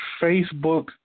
Facebook